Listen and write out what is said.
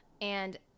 And-